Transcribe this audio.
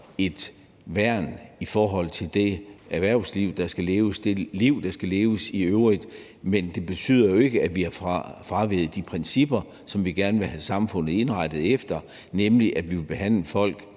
et værn i forhold til det erhvervsliv, der skal leve, og det liv, der skal leves i øvrigt. Men det betyder jo ikke, at vi har fraveget de principper, som vi gerne vil have samfundet indrettet efter, nemlig at vi vil behandle folk